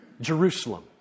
Jerusalem